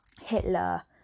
Hitler